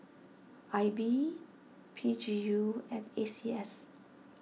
I B P G U and A C S